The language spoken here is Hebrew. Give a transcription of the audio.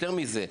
יותר מזה,